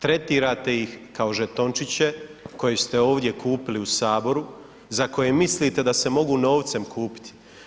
Tretirate ih kao žetončiće koje ste ovdje kupili u Saboru, za koje mislite da se mogu novcem kupiti.